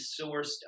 sourced